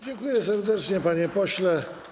Dziękuję serdecznie, panie pośle.